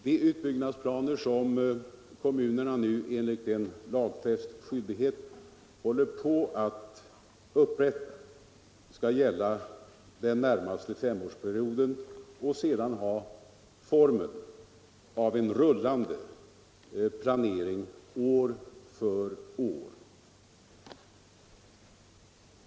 De utbyggnadsplaner som kommunerna ni enligt en lagfäst skyldighet håller på att upprätta skall gälla den närmaste femårsperioden och sedan ha formen av en rullande planering år för år.